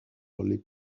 les